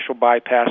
bypass